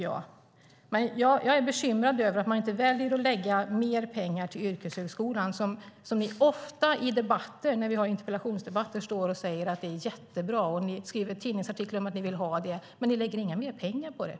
Jag är bekymrad över att man inte väljer att lägga mer pengar till yrkeshögskolan som ni ofta i interpellationsdebatter står och säger är så bra. Ni skriver också tidningsartiklar om att ni vill ha yrkeshögskolan. Men ni satsar inga mer pengar på den.